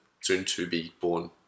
soon-to-be-born